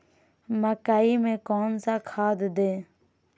मकई में कौन सा खाद दे?